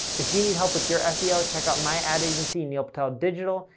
if you need help with your seo, check out my ad agency, neil patel digital.